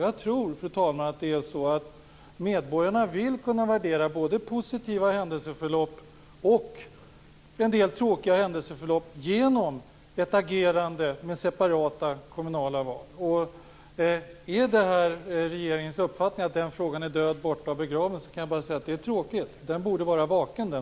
Jag tror, fru talman, att medborgarna vill kunna värdera både positiva händelseförlopp och en del tråkiga händelseförlopp genom ett agerande i separata kommunala val. Är det regeringens uppfattning att frågan är död, borta och begraven kan jag bara säga att det är tråkigt. Den frågan borde vara vaken.